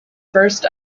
first